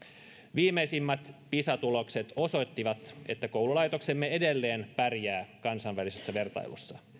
viimeisimmät pisa tulokset osoittivat että koululaitoksemme edelleen pärjää kansainvälisessä vertailussa